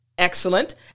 Excellent